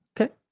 Okay